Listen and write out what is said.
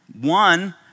One